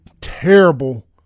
terrible